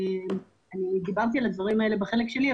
אני אדגיש שוב: